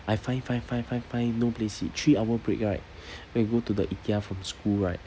I find find find find find no place sit three hour break right then go to the ikea from school right